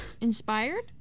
inspired